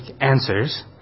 answers